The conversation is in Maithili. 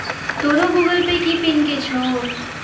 तोरो गूगल पे के पिन कि छौं?